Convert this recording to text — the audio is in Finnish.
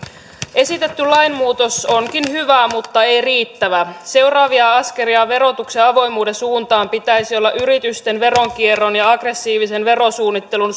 esitetty lainmuutos onkin hyvä mutta ei riittävä seuraavina askelina verotuksen avoimuuden suuntaan pitäisi olla yritysten veronkierron ja aggressiivisen verosuunnittelun